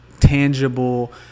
tangible